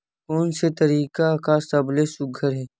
कोन से तरीका का सबले सुघ्घर हे?